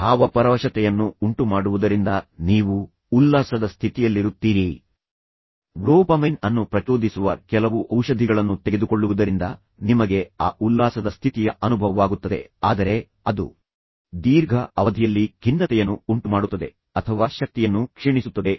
ಮತ್ತು ಭಾವಪರವಶತೆಯನ್ನು ಉಂಟುಮಾಡುವುದರಿಂದ ನೀವು ಕೆಲವು ಔಷಧಿಗಳನ್ನು ತೆಗೆದುಕೊಳ್ಳಲು ಸಾಧ್ಯವಾದಾಗ ನೀವು ಉಲ್ಲಾಸದ ಸ್ಥಿತಿಯಲ್ಲಿರುತ್ತೀರಿ ಡೋಪಮೈನ್ ಅನ್ನು ಪ್ರಚೋದಿಸುವ ಕೆಲವು ಔಷಧಿಗಳನ್ನು ತೆಗೆದುಕೊಳ್ಳುವುದರಿಂದ ನಿಮಗೆ ಆ ಉಲ್ಲಾಸದ ಸ್ಥಿತಿಯ ಅನುಭವವಾಗುತ್ತದೆ ಆದರೆ ಅದು ದೀರ್ಘ ಅವಧಿಯಲ್ಲಿ ಖಿನ್ನತೆಯನ್ನು ಉಂಟುಮಾಡುತ್ತದೆ ಅಥವಾ ಶಕ್ತಿಯನ್ನು ಕ್ಷೀಣಿಸುತ್ತದೆ